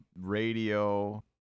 radio